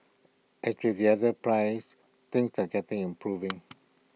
as with the other pries things are getting improving